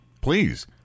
Please